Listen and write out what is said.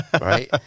right